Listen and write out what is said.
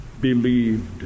believed